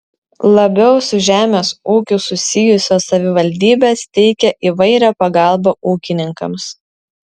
labiau su žemės ūkiu susijusios savivaldybės teikia įvairią pagalbą ūkininkams